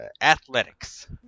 Athletics